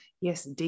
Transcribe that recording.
Yes